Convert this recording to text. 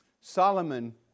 Solomon